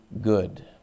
good